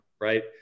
right